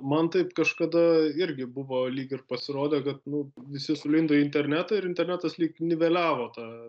man taip kažkada irgi buvo lyg ir pasirodę kad nu visi sulindo į internetą ir internetas lyg niveliavo tą